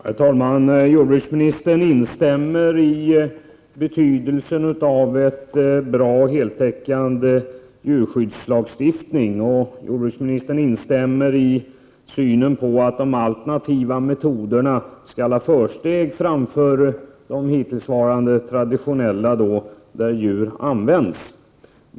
Herr talman! Jordbruksministern instämmer i betydelsen av en bra och heltäckande djurskyddslagstiftning och även i synen på att de alternativa metoderna skall ha försteg framför de hittillsvarande, traditionella metoderna, där djur används.